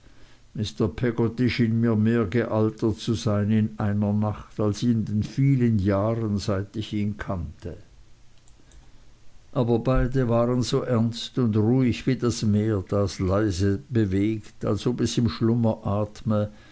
peggotty schien mir mehr gealtert zu sein in einer nacht als in den vielen jahren seit ich ihn kannte aber beide waren so ernst und ruhig wie das meer das leise bewegt als ob es im schlummer atme